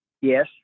Yes